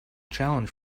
challenge